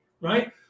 right